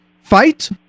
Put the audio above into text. fight